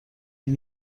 این